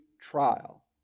trial